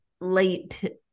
late